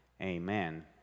Amen